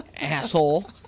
Asshole